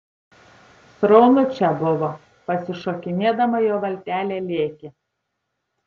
sraunu čia buvo pasišokinėdama jo valtelė lėkė